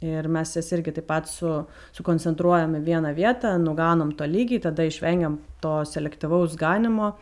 ir mes jas irgi taip pat su sukoncentruojam į vieną vietą nuganom tolygiai tada išvengiam to selektyvaus ganymo